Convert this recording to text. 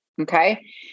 Okay